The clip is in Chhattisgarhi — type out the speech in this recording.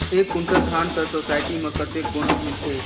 एक कुंटल धान कर सोसायटी मे कतेक बोनस मिलथे?